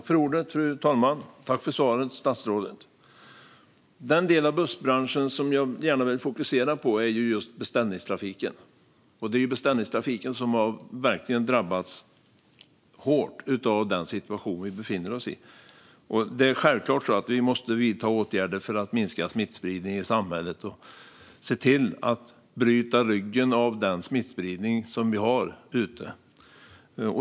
Fru talman! Tack, statsrådet, för svaret! Den del av bussbranschen som jag gärna vill fokusera på är beställningstrafiken. Den har verkligen drabbats hårt av den situation som vi befinner oss i. Vi måste självklart vidta åtgärder för att minska smittspridningen i samhället och se till att bryta ryggen av smittspridningen.